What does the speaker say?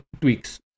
tweaks